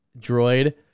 droid